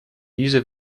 diese